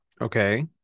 Okay